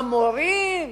המורים?